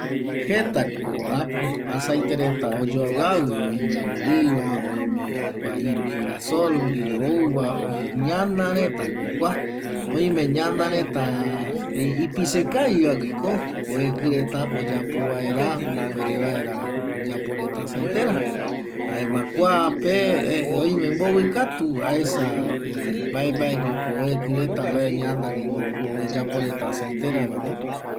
Jetako aceite reta oyoavƚavƚ oime oliva, oime girasolgui ouva ñanaretako kua oime ñana reta ipise kavivaguiko oekƚ reta oyapo vaera ipuere vaera oyapo reta aceitera jaema kuape oime mbovƚ katu aesa mbae mbaeguiko oekƚ reta mbae ñanaguiko oyapo reta aceiteravano